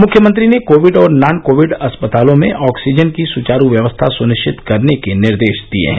मुख्यमंत्री ने कोविड और नॉन कोविड अस्पतालों में ऑक्सीजन की सुचारू व्यवस्था सुनिश्चित करने के निर्देश दिए हैं